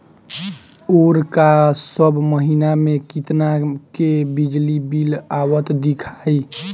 ओर का सब महीना में कितना के बिजली बिल आवत दिखाई